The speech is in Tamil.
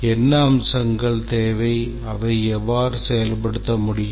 என்ன அம்சங்கள் தேவை அதை எவ்வாறு செயல்படுத்த முடியும்